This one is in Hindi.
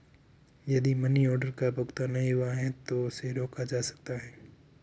यदि मनी आर्डर का भुगतान नहीं हुआ है तो उसे रोका जा सकता है